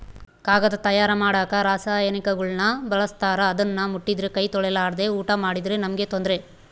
ಕಾಗದ ತಯಾರ ಮಾಡಕ ರಾಸಾಯನಿಕಗುಳ್ನ ಬಳಸ್ತಾರ ಅದನ್ನ ಮುಟ್ಟಿದ್ರೆ ಕೈ ತೊಳೆರ್ಲಾದೆ ಊಟ ಮಾಡಿದ್ರೆ ನಮ್ಗೆ ತೊಂದ್ರೆ